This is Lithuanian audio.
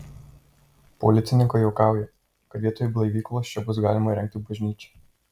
policininkai juokauja kad vietoj blaivyklos čia bus galima įrengti bažnyčią